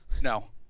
No